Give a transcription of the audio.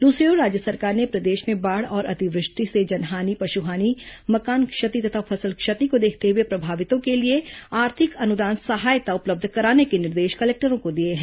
दूसरी ओर राज्य सरकार ने प्रदेश में बाढ़ और अतिवृष्टि से जनहानि पशुहानि मकान क्षति तथा फसल क्षति को देखते हुए प्रभावितों के लिए आर्थिक अनुदान सहायता उपलब्ध कराने के निर्देश कलेक्टरों को दिए हैं